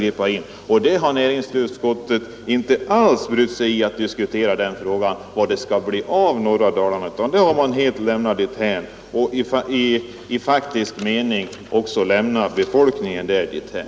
Utskottet har inte alls brytt sig om att diskutera frågan vad det skall bli av norra Dalarna — det har man lämnat därhän.